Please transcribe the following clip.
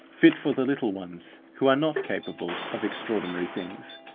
fit for the little ones who are not capable of extraordinary things,